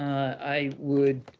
i would